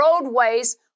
roadways